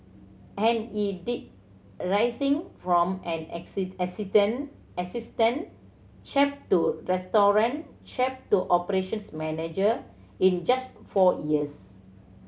and he did rising from an assistant assistant chef to restaurant chef to operations manager in just four years